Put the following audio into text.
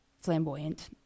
flamboyant